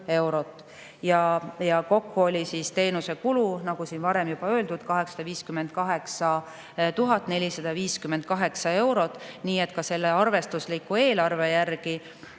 Kokku oli teenuse kulu, nagu siin varem juba öeldud, 858 458 eurot. Nii et ka selle arvestusliku eelarve järgi